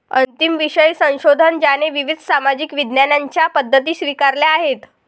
अंतिम विषय संशोधन ज्याने विविध सामाजिक विज्ञानांच्या पद्धती स्वीकारल्या आहेत